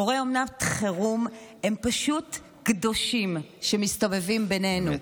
הורי אומנת חירום הם פשוט קדושים שמסתובבים בינינו.